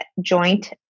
joint